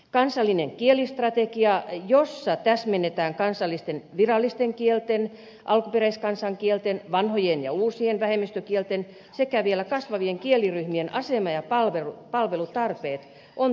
kansallinen kielistrategia jossa täsmennetään kansallisten virallisten kielten alkuperäiskansan kielten vanhojen ja uusien vähemmistökielten sekä vielä kasvavien kieliryhmien asema ja palvelutarpeet on tervetullut